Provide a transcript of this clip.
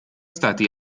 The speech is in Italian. stati